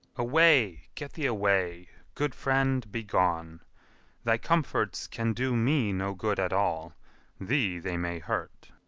away, get thee away good friend, be gone thy comforts can do me no good at all thee they may hurt.